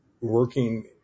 working